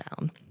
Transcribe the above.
down